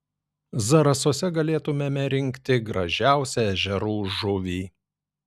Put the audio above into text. zarasuose galėtumėme rinkti gražiausią ežerų žuvį